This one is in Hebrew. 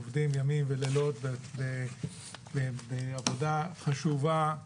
עובדים ימים ולילות בעבודה חשובה,